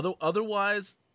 Otherwise